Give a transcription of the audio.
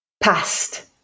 past